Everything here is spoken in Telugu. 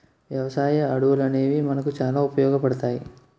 వ్యవసాయ అడవులనేవి మనకు చాలా ఉపయోగపడతాయి